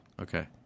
Okay